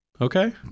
Okay